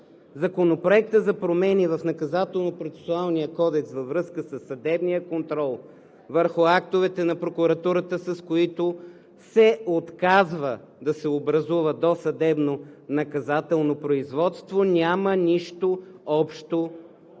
Наказателно-процесуалния кодекс във връзка със съдебния контрол върху актовете на прокуратурата, с които се отказва да се образува досъдебно наказателно производство, няма нищо общо